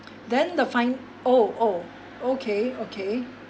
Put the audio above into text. then the fin~ oh oh okay okay